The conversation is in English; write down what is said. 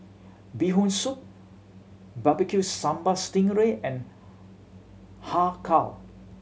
Bee Hoon Soup Barbecue Sambal sting ray and Har Kow